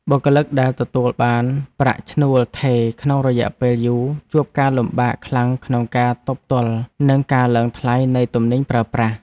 បុគ្គលិកដែលទទួលបានប្រាក់ឈ្នួលថេរក្នុងរយៈពេលយូរជួបការលំបាកខ្លាំងក្នុងការទប់ទល់នឹងការឡើងថ្លៃនៃទំនិញប្រើប្រាស់។